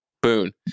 Boon